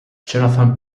jonathan